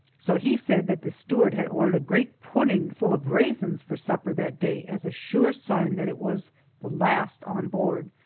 so he said that the steward had ordered a great pudding full of raisins for supper that day as a sure sign that it was the last on board.